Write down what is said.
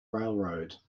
railroad